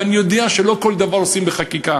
ואני יודע שלא כל דבר עושים בחקיקה.